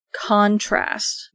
contrast